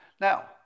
Now